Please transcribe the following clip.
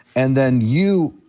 and then you,